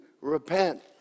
Repent